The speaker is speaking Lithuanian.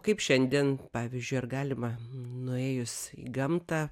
kaip šiandien pavyzdžiui ar galima nuėjus į gamtą